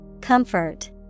Comfort